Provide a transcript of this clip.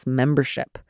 membership